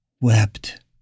wept